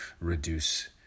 reduce